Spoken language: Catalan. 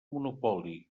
monopoli